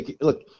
look